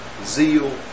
zeal